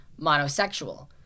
monosexual